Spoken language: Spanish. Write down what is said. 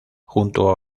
junto